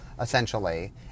essentially